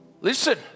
listen